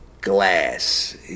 glass